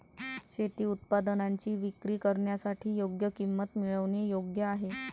शेती उत्पादनांची विक्री करण्यासाठी योग्य किंमत मिळवणे योग्य आहे